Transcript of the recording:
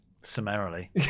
Summarily